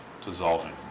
dissolving